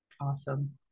Awesome